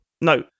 No